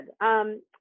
good